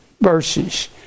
verses